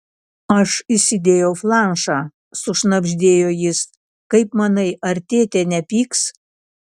aš įsidėjau flanšą sušnabždėjo jis kaip manai ar tėtė nepyks